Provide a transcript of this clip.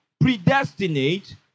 Predestinate